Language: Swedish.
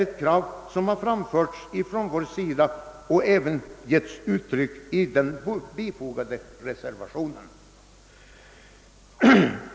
Detta krav har även givits uttryck i den bifogade reservationen.